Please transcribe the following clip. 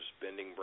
Bending